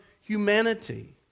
humanity